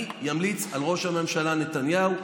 אני אמליץ על ראש הממשלה נתניהו,